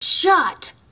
Shut